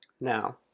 Now